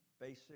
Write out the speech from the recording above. basic